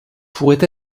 pourrait